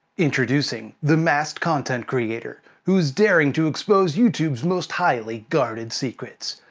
introducing. the masked content creator, who's daring to expose youtube's most highly guarded secrets!